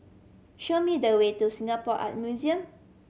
show me the way to Singapore Art Museum